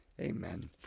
Amen